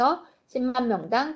10만명당